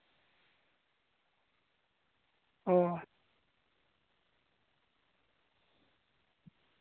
ᱚ